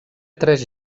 tres